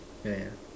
yeah yeah